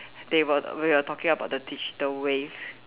they were we were talking about the digital wave